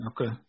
Okay